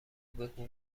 بگو